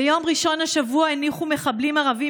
ביום ראשון השבוע הניחו מחבלים ערבים